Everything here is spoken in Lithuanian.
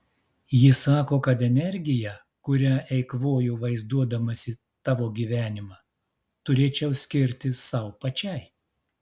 ji sako kad energiją kurią eikvoju vaizduodamasi tavo gyvenimą turėčiau skirti sau pačiai